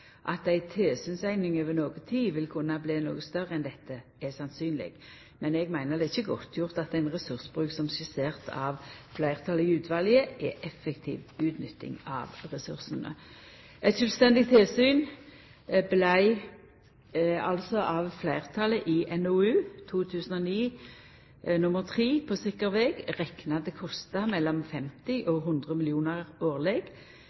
At ei tilsynseining over noko tid vil kunne bli noko større enn dette, er sannsynleg. Men eg meiner at det ikkje er godtgjort at ein ressursbruk som skissert av fleirtalet i utvalet, er effektiv utnytting av ressursane. Eit sjølvstendig tilsyn vart av fleirtalet i NOU 2009:3 På sikker veg rekna til å kosta 50–100 mill. kr årleg.